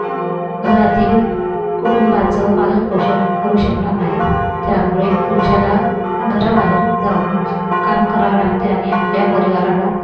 घरातील कुटुंबाचं पालनपोषण करू शकणार नाही त्यामुळे पुरुषाला घराबाहेर जाऊन काम करावे लागते आणि आपल्या परिवाराला